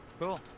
Cool